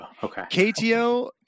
KTO